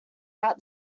out